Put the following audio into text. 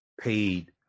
paid